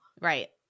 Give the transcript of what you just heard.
Right